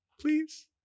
please